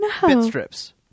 Bitstrips